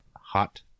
hot